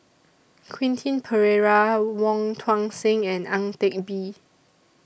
Quentin Pereira Wong Tuang Seng and Ang Teck Bee